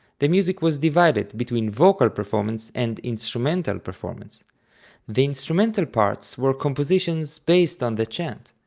the music was divided between vocal performance and instrumental performance the instrumental parts were compositions based on the chant.